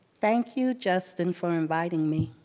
thank you justin for inviting me.